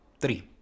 three